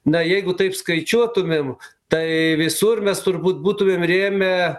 na jeigu taip skaičiuotumėm tai visur mes turbūt būtumėm rėmę